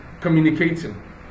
communicating